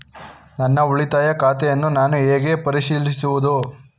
ನನ್ನ ಉಳಿತಾಯ ಖಾತೆಯನ್ನು ನಾನು ಹೇಗೆ ಪರಿಶೀಲಿಸುವುದು?